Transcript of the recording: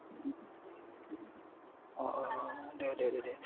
अ अ दे दे दे